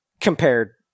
compared